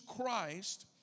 Christ